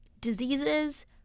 diseases